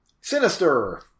Sinister